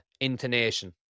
Intonation